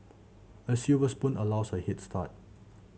a silver spoon allows a head start